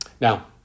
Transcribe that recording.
Now